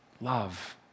Love